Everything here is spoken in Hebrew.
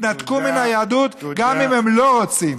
יתנתקו מן היהדות, גם אם הם לא רוצים.